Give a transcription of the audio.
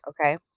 okay